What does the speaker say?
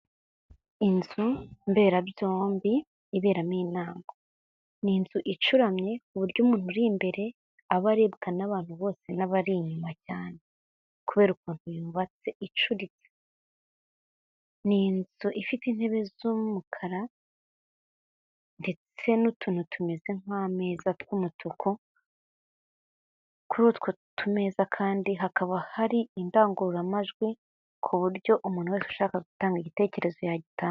Inzu mberabyombi iberamo inama. Ni inzu icuramye kuburyo umuntu uri imbere aba arebwa n'abantu bose n'abari inyuma cyane kubera ukuntu yubatse, ni inzu ifite intebe z'umukara ndetse n'utuntu tumeze nk'ameza tw'umutuku kuri utwo tumeza kandi hakaba hari indangururamajwi ku buryo umuntu wese ushaka gutanga igitekerezo yagitanga.